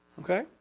Okay